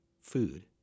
food